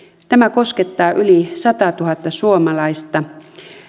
tämä koskettaa yli sataatuhatta suomalaista